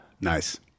Nice